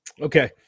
Okay